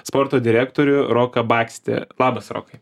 sporto direktorių roką bakstį labas rokai